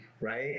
Right